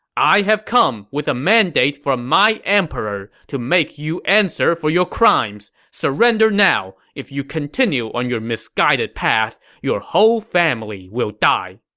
i have come with a mandate from my emperor to make you answer for your crimes. surrender now. if you continue on your misguided path, your whole family will die!